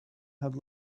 had